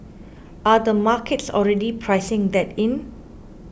are the markets already pricing that in